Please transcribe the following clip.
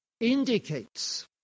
indicates